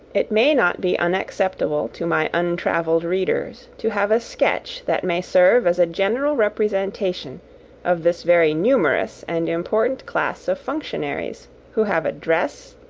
it may not be unacceptable to my untravelled readers to have a sketch that may serve as a general representation of this very numerous and important class of functionaries who have a dress,